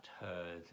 heard